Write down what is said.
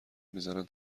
میزنن